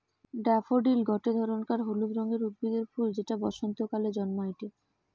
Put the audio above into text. daffodil গটে ধরণকার হলুদ রঙের উদ্ভিদের ফুল যেটা বসন্তকালে জন্মাইটে